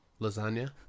lasagna